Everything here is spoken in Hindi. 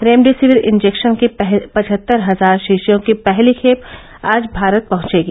रेमडेसिविर इंजेक्शन की पचहत्तर हजार शीशियों की पहली खेप आज भारत पहंचेगी